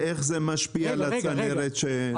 ואיך זה משפיע על הצנרת -- רגע, רגע.